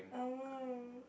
I want